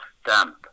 stamp